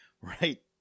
Right